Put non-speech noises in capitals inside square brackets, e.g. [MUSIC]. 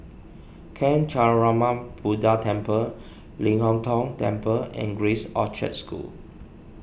[UNINTELLIGIBLE] Buddha Temple Ling Hong Tong Temple and Grace Orchard School